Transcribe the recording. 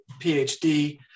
PhD